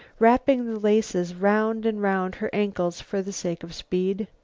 wrapping the laces round and round her ankles for the sake of speed.